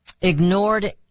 Ignored